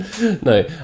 no